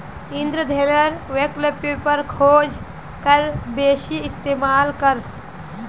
इंधनेर विकल्पेर खोज करे बेसी इस्तेमाल कर